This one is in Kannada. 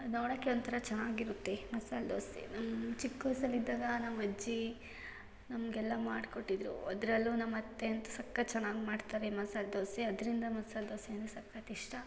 ಅದು ನೋಡಕ್ಕೆ ಒಂಥರ ಚೆನ್ನಾಗಿರುತ್ತೆ ಮಸಾಲೆ ದೋಸೆ ಚಿಕ್ಕ ವಯ್ಸಲ್ಲಿ ಇದ್ದಾಗ ನಮ್ಮ ಅಜ್ಜಿ ನಮಗೆಲ್ಲ ಮಾಡಿಕೊಟ್ಟಿದ್ರು ಅದರಲ್ಲೂ ನಮ್ಮ ಅತ್ತೆ ಅಂತೂ ಸಖತ್ತು ಚೆನ್ನಾಗಿ ಮಾಡ್ತಾರೆ ಮಸಾಲೆ ದೋಸೆ ಅದರಿಂದ ಮಸಾಲೆ ದೋಸೆ ಅಂದ್ರೆ ಸಖತ್ತು ಇಷ್ಟ